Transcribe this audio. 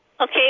Okay